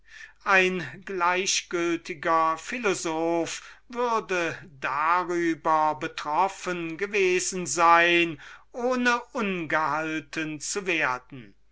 ein gleichgültiger philosoph würde darüber betroffen gewesen sein ohne böse zu werden